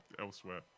elsewhere